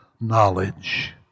knowledge